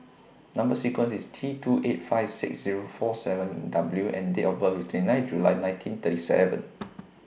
Number sequence IS T two eight five six Zero four seven W and Date of birth IS twenty nine July nineteen thirty seven